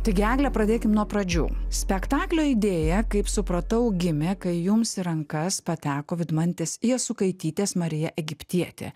taigi egle pradėkim nuo pradžių spektaklio idėja kaip supratau gimė kai jums į rankas pateko vidmantės jasukaitytės marija egiptietė